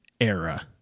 era